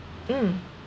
mm